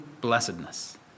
blessedness